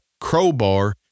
crowbar